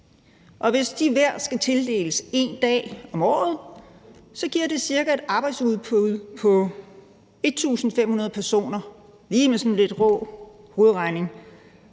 Og hvis de hver skal tildeles 1 dag om året, giver det et arbejdsudbud på ca. 1.500 personer, ud fra sådan lidt rå hovedregning,